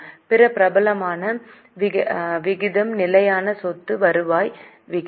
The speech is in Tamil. பிற பிரபலமான விகிதம் நிலையான சொத்து வருவாய் விகிதம்